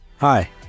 Hi